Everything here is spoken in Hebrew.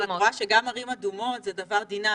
אבל את רואה שגם ערים אדומות זה דבר דינמי.